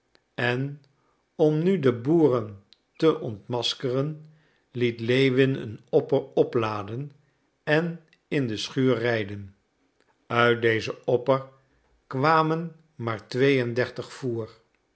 en om nu de boeren te ontmaskeren liet lewin een opper opladen en in de schuur rijden uit dezen opper kwamen maar twee en dertig voer